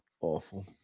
awful